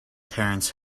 terence